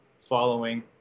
following